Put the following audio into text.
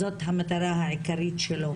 זאת המטרה העיקרית שלו.